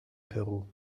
peru